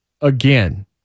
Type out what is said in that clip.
again